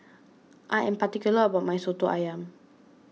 I am particular about my Soto Ayam